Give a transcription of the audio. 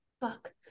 fuck